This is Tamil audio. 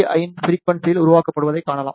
5 ஃபிரிக்குவன்ஸியில் உருவாக்கப்படுவதைக் காணலாம்